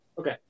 Okay